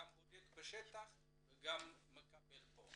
גם בודק בשטח וגם מקבל כאן דיווח.